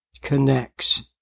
connects